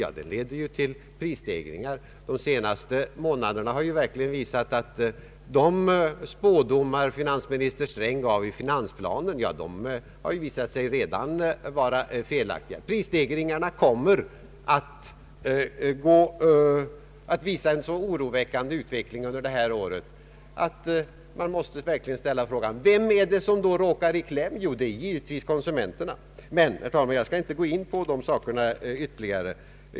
Jo, det leder också till prisstegringar. De senaste månaderna har verkligen visat att de spådomar som finansministern kom med i finansplanen redan är felaktiga. Prisstegringarna kommer att visa en så oroväckande utveckling under detta år att man måste ställa frågan: Vem är det som råkar i kläm? Jo, det är givetvis konsumenterna. Men, herr talman, jag skall inte gå in på de frågorna ytterligare.